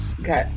Okay